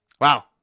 Wow